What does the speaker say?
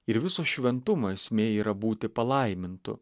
ir viso šventumo esmė yra būti palaimintu